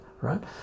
right